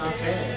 Okay